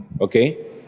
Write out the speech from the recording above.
Okay